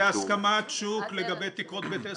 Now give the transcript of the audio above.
זו הסכמת שוק לגבי תקרות בית עסק,